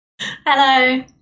Hello